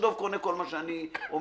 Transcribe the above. שחבר הכנסת דב קונה כל מה שאני אומר,